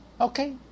okay